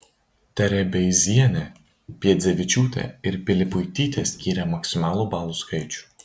terebeizienė piedzevičiūtė ir pilipuitytė skyrė maksimalų balų skaičių